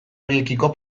horiekiko